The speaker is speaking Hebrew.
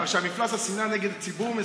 שמפלס השנאה נגד ציבור מסוים,